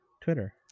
Twitter